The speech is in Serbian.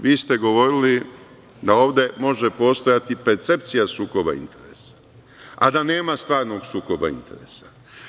Vi ste govorili da ovde može postojati percepcija sukoba interesa, a da nema stvarnog sukoba interesa.